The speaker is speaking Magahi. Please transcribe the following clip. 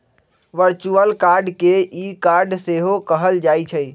वर्चुअल कार्ड के ई कार्ड सेहो कहल जाइ छइ